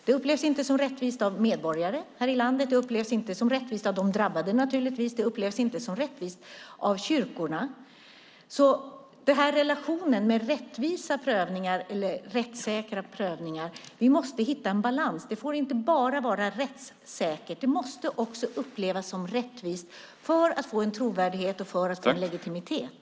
Det upplevs inte som rättvist av medborgare här i landet. Det upplevs naturligtvis inte som rättvist av de drabbade. Det upplevs inte som rättvist av kyrkorna. Vi måste hitta en balans i den här relationen med rättvisa prövningar och rättssäkra prövningar. Det får inte bara vara rättssäkert. Det måste också upplevas som rättvist för att det ska få en trovärdighet och för att det ska få en legitimitet.